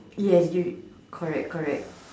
ya you correct correct